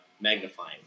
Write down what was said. magnifying